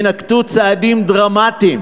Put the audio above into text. יינקטו צעדים דרמטיים